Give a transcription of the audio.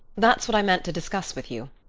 that's what i meant to discuss with you.